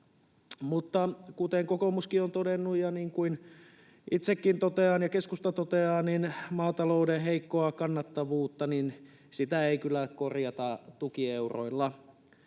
Mutta kuten kokoomuskin on todennut — ja niin kuin itsekin totean ja keskusta toteaa — maatalouden heikkoa kannattavuutta ei kyllä korjata tukieuroilla.